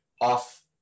off